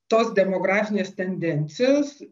tos demografinės tendencijos